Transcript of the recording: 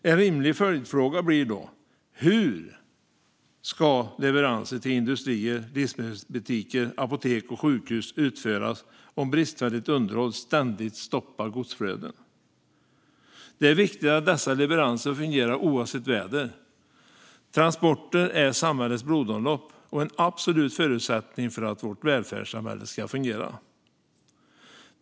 En rimlig följdfråga blir då: Hur ska leveranser till industrier, livsmedelsbutiker, apotek och sjukhus utföras om bristfälligt underhåll ständigt stoppar godsflöden? Det är viktigt att dessa leveranser fungerar oavsett väder. Transporter är samhällets blodomlopp och en absolut förutsättning för att vårt välfärdssamhälle ska fungera.